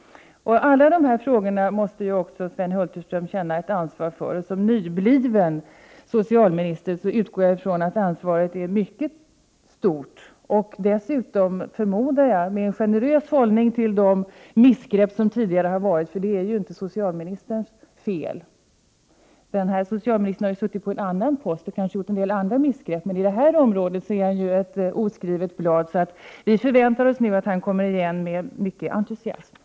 Sven Hulterström borde känna ett ansvar för alla dessa frågor. Jag utgår ifrån att han i egenskap av nybliven socialminister har ett mycket stort ansvar. Den generösa inställningen till de missgrepp som tidigare har gjorts är inte socialministerns fel. Den nuvarande socialministern har ju innehaft en annan ministerpost och kanske gjort en del andra missgrepp, men i detta avseende är han ett oskrivet blad. Vi förväntar oss nu att han med stor entusiasm tar itu med detta.